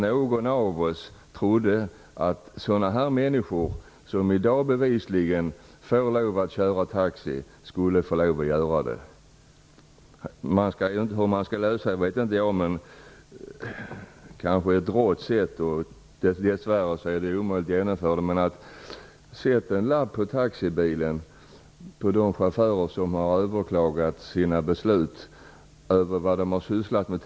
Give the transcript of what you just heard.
Ingen av oss trodde väl att sådana här människor, som i dag bevisligen får köra taxi, skulle få lov att göra det. Jag vet inte hur man skall lösa detta. Ett rått sätt, som dess värre är omöjligt att genomföra, är att sätta en lapp på taxibilen för de chaufförer som har överklagat besluten gällande vad de tidigare sysslat med.